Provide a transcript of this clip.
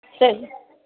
சரி